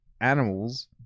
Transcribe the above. animals